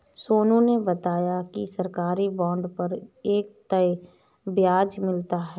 सोनू ने मुझे बताया कि सरकारी बॉन्ड पर एक तय ब्याज मिलता है